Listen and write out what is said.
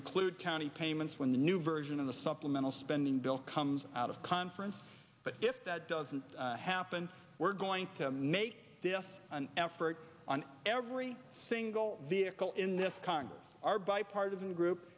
include county payments when the new version of the supplemental spending bill comes out of conference but if that doesn't happen we're going to make an effort on every single vehicle in this congress our bipartisan group